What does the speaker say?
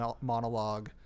monologue